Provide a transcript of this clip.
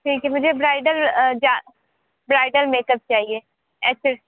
ठीक है मुझे ब्राइडल ब्राइडल मेकअप चाहिए